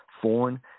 foreign